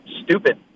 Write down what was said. stupid